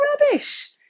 rubbish